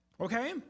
Okay